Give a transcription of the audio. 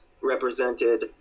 represented